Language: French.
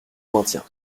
maintiens